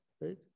right